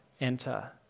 enter